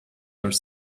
are